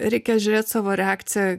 reikia žiūrėt savo reakciją